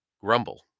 Grumble